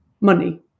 money